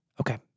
Okay